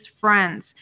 friends